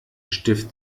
stift